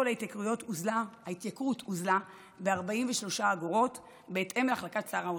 הוזלה ב-43 אגורות, בהתאם להחלטת שר האוצר.